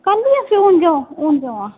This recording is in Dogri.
कल्ल गै सिओन देओ हून जां